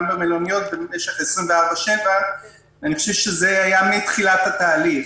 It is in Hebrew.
במלוניות במשך 24/7. אני חושב שזה היה מתחילת התהליך.